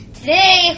Today